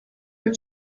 your